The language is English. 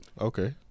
Okay